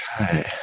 Okay